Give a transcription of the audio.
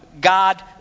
God